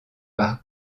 par